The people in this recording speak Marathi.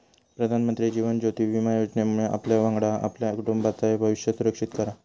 प्रधानमंत्री जीवन ज्योति विमा योजनेमुळे आपल्यावांगडा आपल्या कुटुंबाचाय भविष्य सुरक्षित करा